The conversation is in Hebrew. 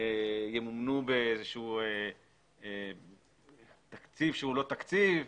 ימומנו באיזשהו תקציב שהוא לא תקציב,